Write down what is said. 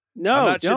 No